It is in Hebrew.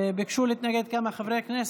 ביקשו להתנגד כמה חברי כנסת.